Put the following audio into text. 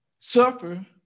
suffer